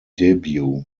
debut